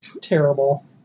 terrible